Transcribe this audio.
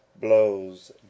blows